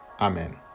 Amen